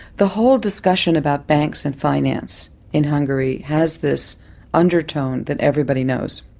the whole discussion about banks and finance in hungary has this undertone that everybody knows.